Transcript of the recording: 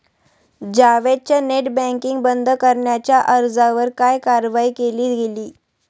जावेदच्या net banking बंद करण्याच्या अर्जावर काय कारवाई केली गेली?